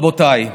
רבותיי,